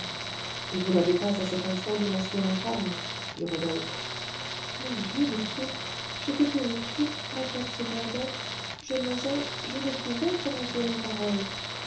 et vous n'avez pas à cet instant démasqué l'infâme dit rodolphe mon dieu monsieur j'étais terrifiée ma tête se perdait je n'osais je ne pouvais prononcer une parole